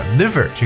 liver